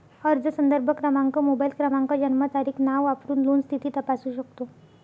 अर्ज संदर्भ क्रमांक, मोबाईल क्रमांक, जन्मतारीख, नाव वापरून लोन स्थिती तपासू शकतो